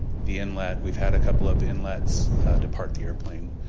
the inlet, we've had a couple of inlets depart the airplane,